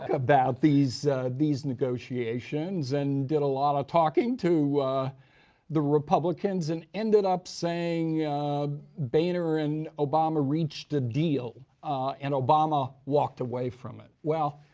about these these negotiations and did a lot of talking to the republicans. and ended up saying boehner and obama reached a deal and obama walked away from it. well,